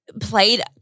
Played